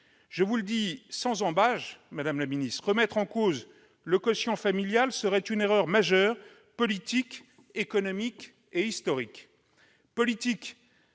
madame la ministre, remettre en cause le quotient familial serait une erreur majeure, politique, économique et historique.